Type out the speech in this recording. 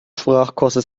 sprachkurse